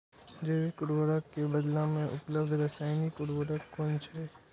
जैविक उर्वरक के बदला में उपलब्ध रासायानिक उर्वरक कुन छै?